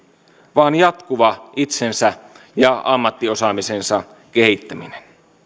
vaan jatkuva itsensä ja ammattiosaamisen kehittäminen